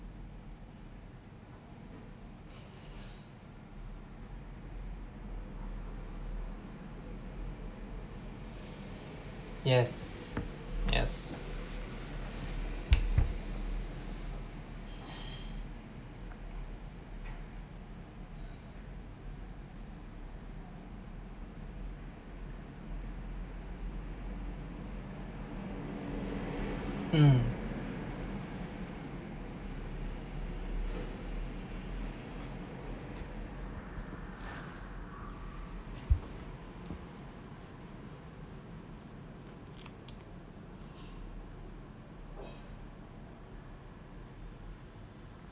yes yes mm